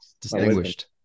Distinguished